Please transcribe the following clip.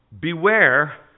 beware